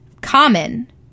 common